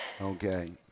Okay